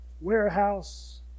warehouse